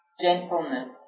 gentleness